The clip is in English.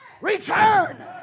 Return